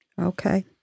Okay